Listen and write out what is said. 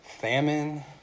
famine